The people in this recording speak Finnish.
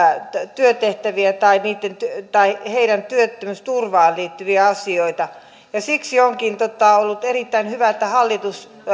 työtehtäviin tai heidän työttömyysturvaansa liittyviä asioita ja siksi onkin ollut erittäin hyvä että hallitus